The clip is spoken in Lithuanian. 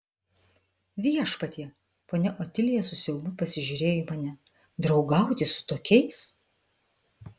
viešpatie ponia otilija su siaubu pasižiūrėjo į mane draugauti su tokiais